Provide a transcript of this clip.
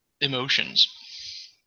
emotions